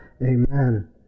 Amen